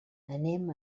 anem